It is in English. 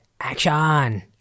action